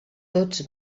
tots